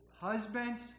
Husbands